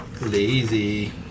Lazy